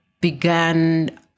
began